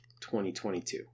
2022